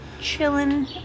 Chilling